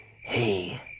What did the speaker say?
hey